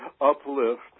uplift